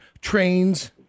trains